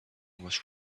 was